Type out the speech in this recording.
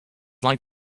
like